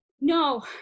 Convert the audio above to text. No